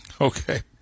Okay